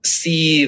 see